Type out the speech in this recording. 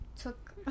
took